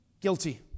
guilty